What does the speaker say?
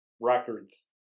records